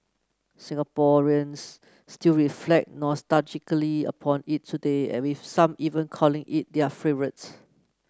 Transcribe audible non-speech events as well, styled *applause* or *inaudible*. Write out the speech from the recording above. Singaporeans still reflect nostalgically upon it today *unintelligible* with some even calling it their favourite